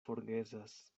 forgesas